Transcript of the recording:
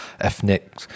ethnic